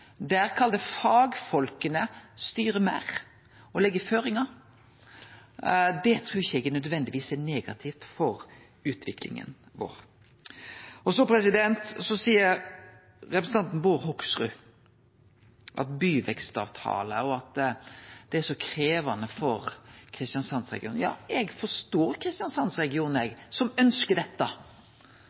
der «fagfolka» styrer meir og legg føringar, ikkje nødvendigvis er negativt for utviklinga. Så seier representanten Bård Hoksrud at byvekstavtaler er så krevjande for Kristiansands-regionen. Eg forstår Kristiansands-regionen, som ønskjer dette.